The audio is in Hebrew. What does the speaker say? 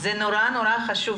זה נורא חשוב,